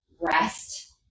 rest